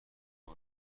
برد